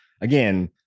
again